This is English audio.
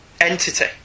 entity